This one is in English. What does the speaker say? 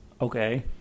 Okay